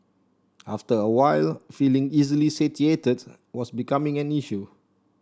after a while feeling easily satiated was becoming an issue